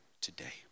today